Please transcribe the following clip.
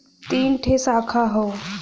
तीन ठे साखा हौ